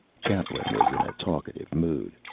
kaplan was in a talkative mood.